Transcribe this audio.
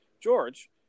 George